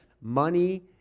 money